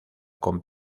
con